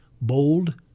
Bold